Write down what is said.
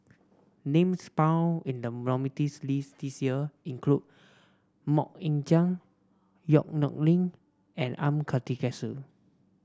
names found in the nominees' list this year include MoK Ying Jang Yong Nyuk Lin and M Karthigesu